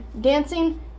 Dancing